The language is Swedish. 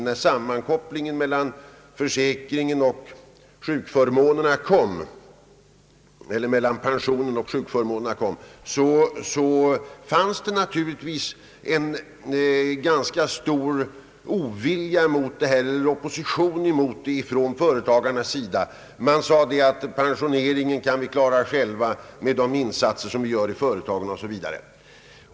När sammankopplingen mellan pensionen och sjukförmånerna gjordes 1962, fanns det naturligtvis en ganska stor opposition mot detta från företagarnas sida. Man sade: Pensioneringen kan vi klara själva med de insatser vi gör i företagen osv.